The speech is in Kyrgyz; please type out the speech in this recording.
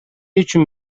үчүн